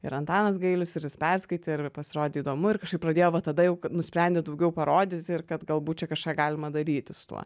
ir antanas gailius ir jis perskaitė ir pasirodė įdomu ir kažkaip pradėjo va tada jau nusprendė daugiau parodyt ir kad galbūt kažką galima daryti su tuo